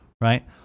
Right